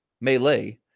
melee